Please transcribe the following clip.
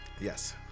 Yes